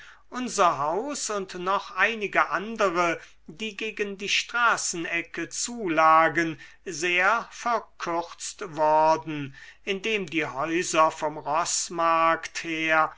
unser haus und noch einige andere die gegen die straßenecke zu lagen sehr verkürzt worden indem die häuser vom roßmarkt her